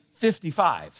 55